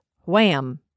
Wham